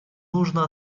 нужна